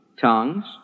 tongues